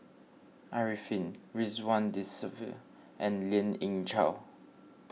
Arifin Ridzwan Dzafir and Lien Ying Chow